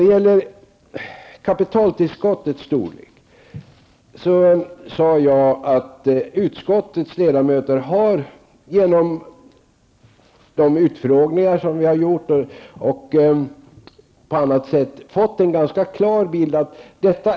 Beträffande kapitaltillskottets storlek sade jag att utskottets ledamöter, genom de utfrågningar som ägt rum och på annat sätt, har fått en ganska klar bild av situationen.